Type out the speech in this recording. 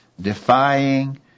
defying